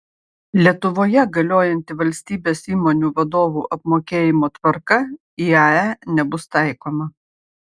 lietuvoje galiojanti valstybės įmonių vadovų apmokėjimo tvarka iae nebus taikoma